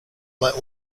let